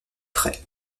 trait